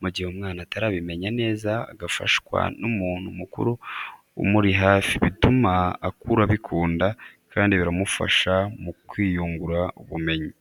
mu gihe umwana atarabimenya neza agafaswa n'umuntu mukuru umuri hafi bituma akura abikunda kandi biramufasha mu kwiyungura ubumenyi.